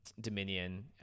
Dominion